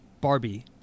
Barbie